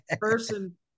person